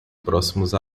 próximos